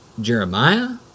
Jeremiah